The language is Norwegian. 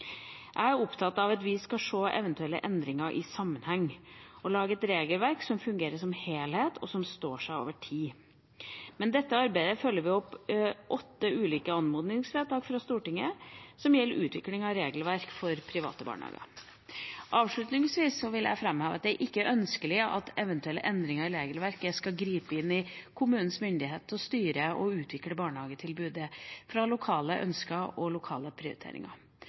Jeg er opptatt av at vi skal se eventuelle endringer i sammenheng og lage et regelverk som fungerer som helhet, og som står seg over tid. Med dette arbeidet følger vi opp åtte ulike anmodningsvedtak fra Stortinget som gjelder utvikling av regelverket for private barnehager. Avslutningsvis vil jeg framheve at det ikke er ønskelig at eventuelle endringer i regelverket skal gripe inn i kommunenes mulighet til å styre og utvikle barnehagetilbudet ut fra lokale ønsker og prioriteringer.